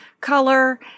color